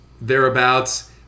thereabouts